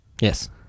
Yes